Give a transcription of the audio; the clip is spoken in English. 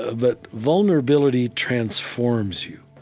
ah but vulnerability transforms you.